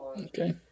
Okay